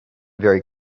very